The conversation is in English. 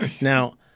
Now –